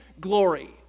glory